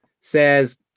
says